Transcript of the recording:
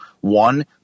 one